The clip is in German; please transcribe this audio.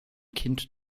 kind